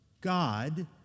God